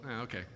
okay